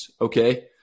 okay